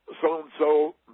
so-and-so